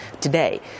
today